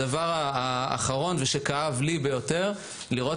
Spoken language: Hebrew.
הדבר האחרון שכאב לי ביותר זה לראות